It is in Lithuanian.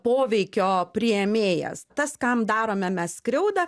poveikio priėmėjas tas kam darome mes skriaudą